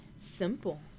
Simple